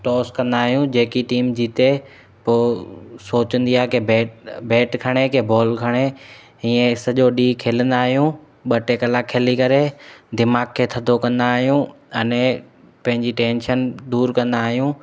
toss कंदा आहियूं जेकी टीम जीते पोइ सोचंदी आहे की बैट बैट खणे की बॉल खणे हीअं ई सॼो ॾींहुं खेॾंदा आहियूं ॿ टे कलाक खेली करे दिमाग़ खे थधो कंदा आहियूं अने पंहिंजी टैंशन दूरि कंदा आहियूं